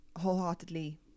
wholeheartedly